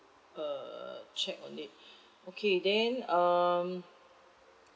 err check again okay then um